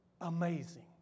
amazing